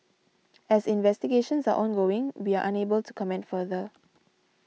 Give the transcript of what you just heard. as investigations are ongoing we are unable to comment further